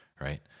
right